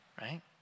right